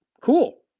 Cool